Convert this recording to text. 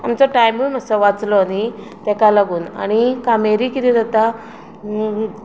आमचो टायमूय मात्सो वाचलो न्ही तेका लागून आनी कामेरी कितें जाता